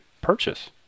purchase